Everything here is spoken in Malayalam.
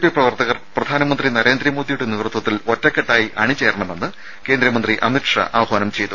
പി പ്രവർത്തകർ പ്രധാനമന്ത്രി നരേന്ദ്രമോദിയുടെ നേതൃത്വത്തിൽ ഒറ്റക്കെട്ടായി അണിചേരണമെന്ന് കേന്ദ്രമന്ത്രി അമിത് ഷാ ആഹ്വാനം ചെയ്തു